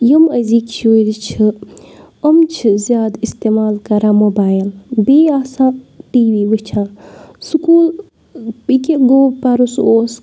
یِم أزِکۍ شُرۍ چھِ یِم چھِ زیادٕ اِستعمال کَران موبایل بیٚیہِ آسان ٹی وی وٕچھان سکول ییِکیاہ گوٚو پَرُس اوس